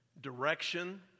direction